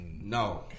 No